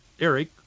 Eric